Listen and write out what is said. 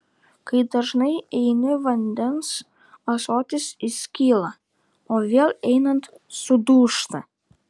kai dažnai eini vandens ąsotis įskyla o vėl einant sudūžta